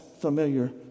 familiar